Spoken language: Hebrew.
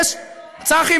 צחי,